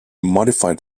modified